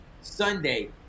Sunday